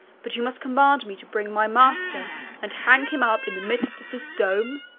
but you must command me to bring my master and hang him up in the midst of this dome?